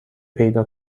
پیدا